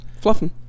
fluffing